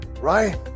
right